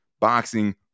boxing